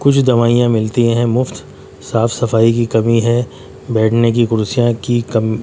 کچھ دوائیاں ملتی ہیں مفت صاف صفائی کی کمی ہے بیٹھنے کی کرسیاں کی کم